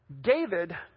David